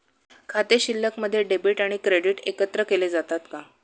खाते शिल्लकमध्ये डेबिट आणि क्रेडिट एकत्रित केले जातात का?